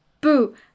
boo